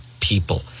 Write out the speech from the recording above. people